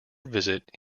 visit